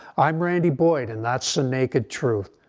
i'm randy boyd and that's the naked truth.